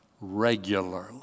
regularly